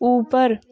ऊपर